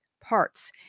parts